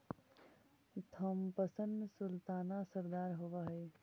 Thompson sultana रसदार होब हई